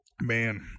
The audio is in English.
Man